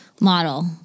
model